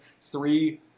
three